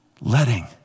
letting